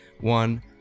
one